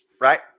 Right